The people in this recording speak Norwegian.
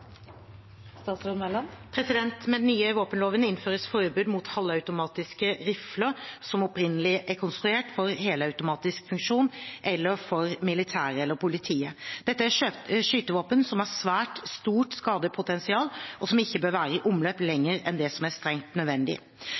konstruert for helautomatisk funksjon eller for militæret eller politiet. Dette er skytevåpen som har svært stort skadepotensial, og som ikke bør være i omløp lenger enn det som er strengt nødvendig.